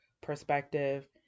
perspective